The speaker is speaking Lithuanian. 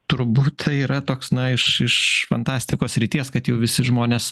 turbūt tai yra toks na iš iš fantastikos srities kad jau visi žmonės